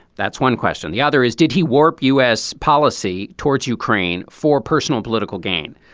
that's one question the other is did he warp u s. policy towards ukraine for personal political gain.